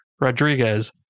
Rodriguez